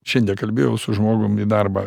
šiandie kalbėjau su žmogum į darbą